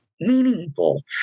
meaningful